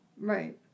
right